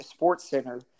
SportsCenter